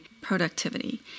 productivity